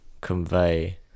convey